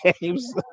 games